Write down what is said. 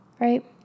Right